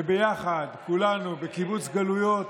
וביחד, כולנו בקיבוץ גלויות,